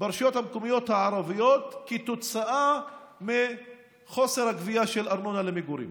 ברשויות המקומיות הערביות כתוצאה מחוסר גבייה של ארנונה למגורים.